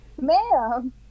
Ma'am